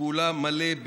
פעולה מלא.